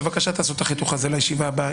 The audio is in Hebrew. בבקשה תעשו את החיתוך הזה לישיבה הבאה.